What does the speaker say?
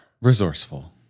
Resourceful